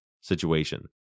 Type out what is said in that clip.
situation